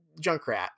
Junkrat